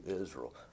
Israel